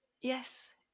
yes